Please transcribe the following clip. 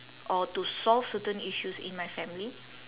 or to solve certain issues in my family